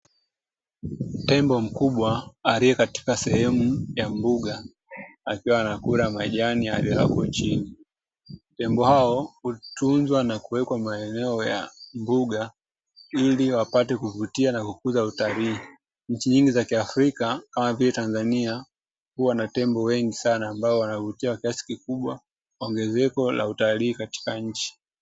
Tembo mkubwa aliye katika sehemu ya lugha akiwa anakula majani hadi hapo chini tembo hao kutunzwa na kuwekwa maeneo ya umri, wapate kuvutia na kukuza utalii nchi nyingi za kiafrika kama vile tanzania huwa na tembo wengi sana ambao wanavutiwa kiasi kikubwa ongezeko la utalii katika nchi.